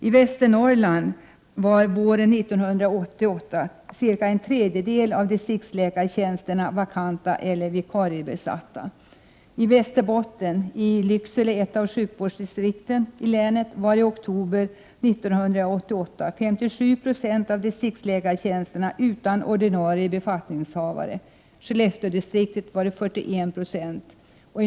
I Västernorrland var cirka en tredjedel av distriktsläkartjänsterna vakanta eller vikariebesatta våren 1988. I Västerbotten — närmare bestämt i Lycksele, ett av sjukvårdsdistrikten i länet — var 57 90 av distriktsläkartjänsterna utan ordinarie befattningshavare i oktober 1988. I Skellefteådistriktet var motsvarande siffra 41 96.